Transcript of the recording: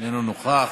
איננו נוכח.